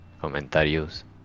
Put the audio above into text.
comentarios